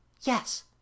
Yes